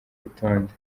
rutonde